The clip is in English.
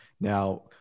Now